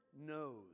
knows